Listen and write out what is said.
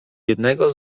jednego